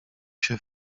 się